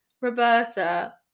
roberta